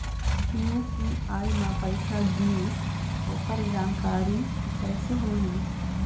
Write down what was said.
UPI म पैसा गिस ओकर जानकारी कइसे होही?